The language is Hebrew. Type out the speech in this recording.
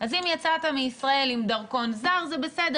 אז אם יצאת מישראל עם דרכון זר זה בסדר,